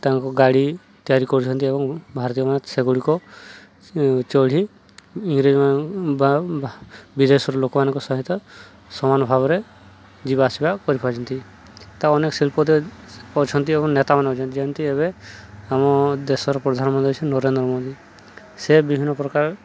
ତାଙ୍କ ଗାଡ଼ି ତିଆରି କରୁଛନ୍ତି ଏବଂ ଭାରତୀୟମାନେ ସେଗୁଡ଼ିକ ଚଢ଼ି ଇଂରେଜ ମା ବା ବିଦେଶର ଲୋକମାନଙ୍କ ସହିତ ସମାନ ଭାବରେ ଯିବା ଆସିବା କରିପାରୁଛନ୍ତି ତା ଅନେକ ଶିଳ୍ପ ଦେ ଅଛନ୍ତି ଏବଂ ନେତାମାନେ ଅଛନ୍ତି ଯେମିତି ଏବେ ଆମ ଦେଶର ପ୍ରଧାନମନ୍ତ୍ରୀ ଅଛି ନରେନ୍ଦ୍ର ମୋଦି ସେ ବିଭିନ୍ନ ପ୍ରକାର